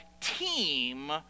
team